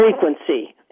frequency